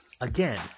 Again